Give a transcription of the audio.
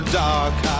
dark